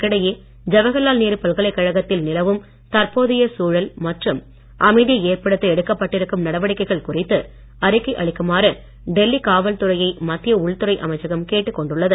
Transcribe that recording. இதற்கிடையே ஜவஹர்லால் நேரு பல்கலைக்கழகத்தில் நிலவும் தற்போது சூழல் மற்றும் அமைதியை ஏற்படுத்த எடுக்கப்பட்டிருக்கும் நடவடிக்கைகள் குறித்து அறிக்கை அளிக்குமாறு டெல்லி காவல்துறையை மத்திய உள்துறை அமைச்சகம் கேட்டுக்கொண்டுள்ளது